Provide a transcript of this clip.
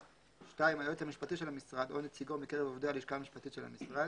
(2) היועץ המשפטי של המשרד או נציגו מקרב עובדי הלשכה המשפטית של המשרד,